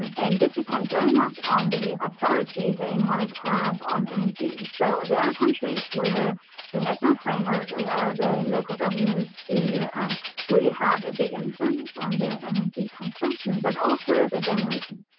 and this depends very much on the authority they might have on energy. so, there are countries where the national framework allowed a local government to really have a big influence on their energy consumption, but also, the generation.